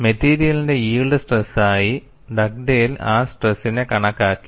മെറ്റീരിയലിന്റെ യിൽഡ് സ്ട്രെസ്സായി ഡഗ്ഡേൽ ആ സ്ട്രെസ്സിനെ കണക്കാക്കി